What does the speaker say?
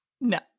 No